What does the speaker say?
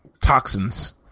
toxins